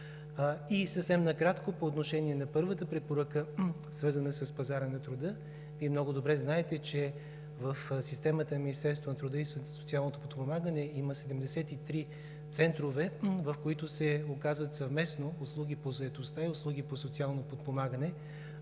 Съвсем накратко, по отношение на първата препоръка, свързана с пазара на труда, Вие много добре знаете, че в системата на Министерството на труда и социалното подпомагане има 73 центрове, в които се оказват съвместно услуги по заетостта и услуги по социално подпомагане,